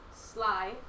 Sly